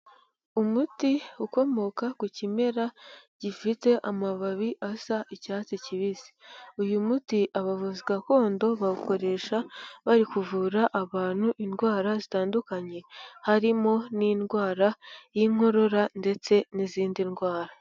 Umuti ukomoka ku kimera gifite amababi asa icyatsi kibisi, uyu muti abavuzi gakondo bawukoresha bari kuvura abantu indwara zitandukanye harimo n'indwara y'inkorora ndetse n'izindi ndwara.